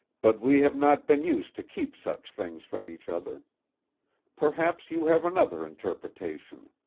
but we have not been used to keep such things from each other perhaps you have another interpretation.